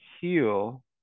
heal